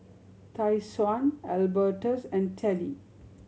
Tyshawn Albertus and Tallie